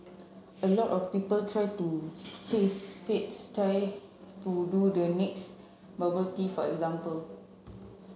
a lot of people try to chase fads try to do the next bubble tea for example